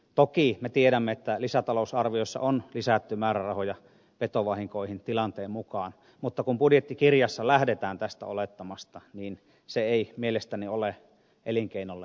toki me tiedämme että lisätalousarviossa on lisätty määrärahoja petovahinkoihin tilanteen mukaan mutta kun budjettikirjassa lähdetään tästä olettamasta niin se ei mielestäni ole elinkeinolle kohtuullinen